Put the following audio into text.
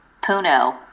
puno